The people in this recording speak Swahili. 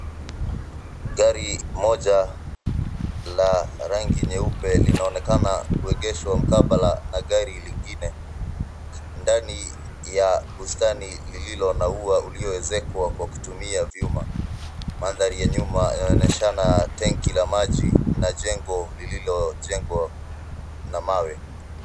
Gari moja la rangi nyeupe linaonekana kuegeshwa mkabala na gari lingine ndani ya bustani lililo na ua uliozekwa kwa kutumia vyuma. Mandhari ya nyuma yanaonyesha tangi la maji na jengo lililojengwa na mawe.